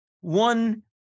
One